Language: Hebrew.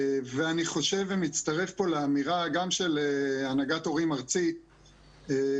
ואני חושב ומצטרף פה לאמירה גם של הנהגת ההורים הארצית על